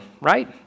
right